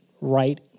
right